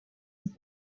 und